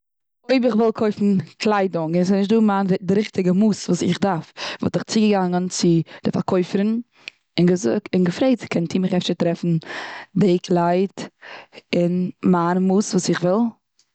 אויב איך וויל קויפן קליידונג און ס'- סאיז נישט דא מיין, די ריכטיגע מאס וואס איך דארף. וואלט איך צו געגאנגען צו די פארקויפערין. און געזאגט, און געפרעגט, איר ווילט מיך אפשר טרעפן די קלייד און מיין מאס וואס איך וויל.